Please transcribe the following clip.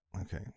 Okay